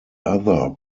other